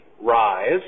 rise